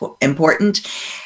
important